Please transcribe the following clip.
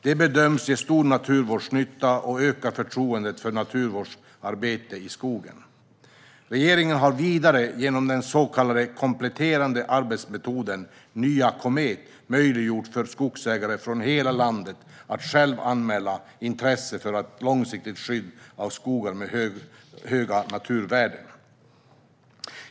Det bedöms ge stor naturvårdsnytta och ökar förtroendet för naturvårdsarbetet i skogen. Regeringen har vidare genom den så kallade kompletterande arbetsmetoden Nya K omet möjliggjort för skogsägare från hela landet att själva anmäla intresse för ett långsiktigt skydd av skogar med höga naturvärden.